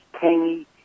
tangy